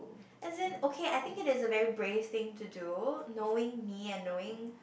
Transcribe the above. as in okay I think it is a very brave thing to do knowing me and knowing